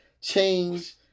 change